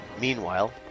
Meanwhile